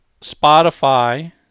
Spotify